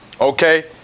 okay